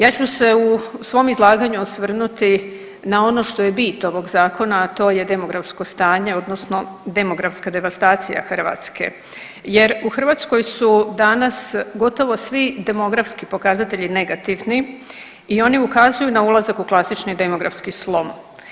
Ja ću se u svom izlaganju osvrnuti na ono što je bit ovog Zakona, a to je demografsko stanje odnosno demografska devastacija Hrvatske jer u Hrvatskoj su danas gotovo svi demografski pokazatelji negativni i oni ukazuju na ulazak u klasični demografski slom.